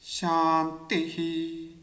Shanti